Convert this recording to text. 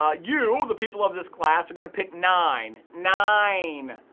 ah you, the people, of this class, are gonna pick nine, nine!